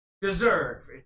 deserve